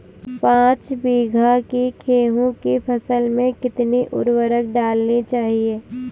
पाँच बीघा की गेहूँ की फसल में कितनी उर्वरक डालनी चाहिए?